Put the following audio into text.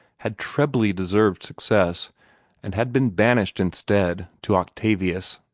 had trebly deserved success and had been banished instead to octavius!